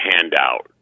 handout